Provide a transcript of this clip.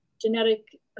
genetic